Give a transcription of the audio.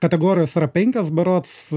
kategorijos yra penkios berods